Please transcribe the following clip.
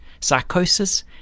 psychosis